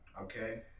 okay